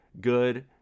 good